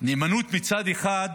נאמנות מצד אחד